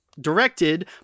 directed